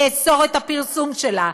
לאסור את הפרסום שלה,